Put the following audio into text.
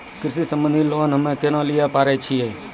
कृषि संबंधित लोन हम्मय केना लिये पारे छियै?